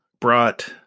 brought